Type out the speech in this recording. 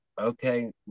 okay